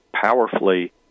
powerfully